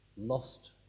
lost